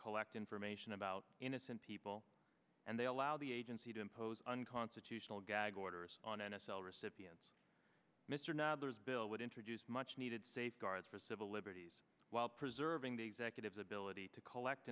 collect information about innocent people and they allow the agency to impose unconstitutional gag orders on n f l recipients mr nethers bill would introduce much needed safeguards for civil liberties while preserving the executives ability to collect